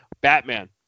Batman